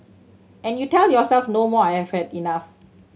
and you tell yourself no more I have had enough